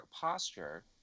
posture